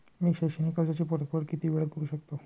मी शैक्षणिक कर्जाची परतफेड किती वेळात करू शकतो